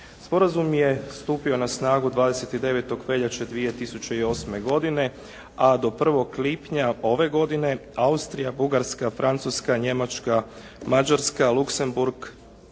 Sporazum je stupio na snagu 29. veljače 2008. godine, a do 1. lipnja ove godine Austrija, Bugarska, Francuska, Njemačka, Mađarska, Luksemburg,